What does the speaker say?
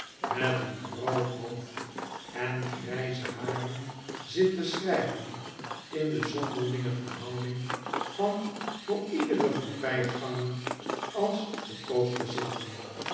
met een groot hoofd en grijze haren zit te schryven in de zonderlinge verhouding van voor iederen voorbijganger als te koop te zitten